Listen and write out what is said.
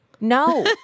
No